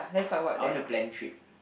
I want to plan trip